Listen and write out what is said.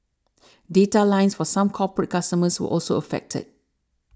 data lines for some corporate customers were also affected